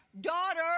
daughter